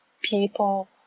people